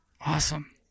Awesome